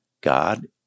God